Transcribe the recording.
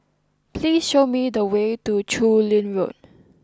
please show me the way to Chu Lin Road